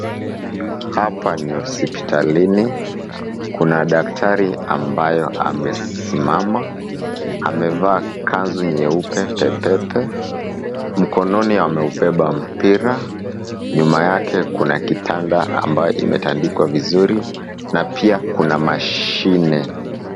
Hapa ni hospitalini. Kuna daktari ambaye amesimama. Amevaa kanzu nyeupe pepepe. Mkononi ameubeba mpira. Nyuma yake kuna kitanda ambayo imetandikwa vizuri na pia kuna mashine.